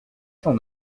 cent